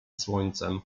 słońcem